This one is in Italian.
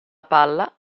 palla